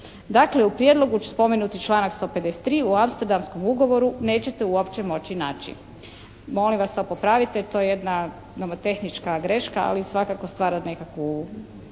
Dakle, u prijedlogu spomenuti članak 153. u Amsterdamskom ugovoru nećete uopće moći naći. Molim vas to popravite. To je jedna nomotehnička greška, ali svakako stvara nekakvu